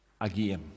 Again